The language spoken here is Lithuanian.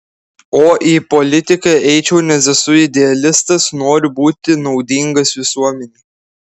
o į politiką eičiau nes esu idealistas noriu būti naudingas visuomenei